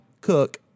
cook